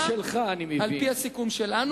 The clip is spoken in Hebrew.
על-פי הסיכום שלנו,